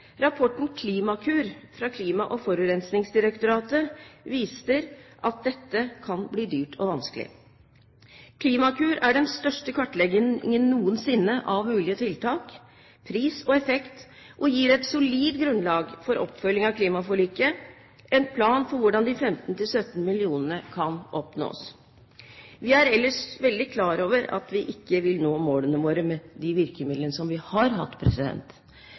Rapporten Klimakur fra Klima- og forurensningsdirektoratet viser at dette kan bli dyrt og vanskelig. Klimakur er den største kartleggingen noensinne av mulige tiltak, pris og effekt, og gir et solid grunnlag for oppfølging av klimaforliket – en plan for hvordan de 15–17 mill. tonn kan oppnås. Vi er ellers veldig klar over at vi ikke vil nå målene våre med de virkemidlene som vi har hatt,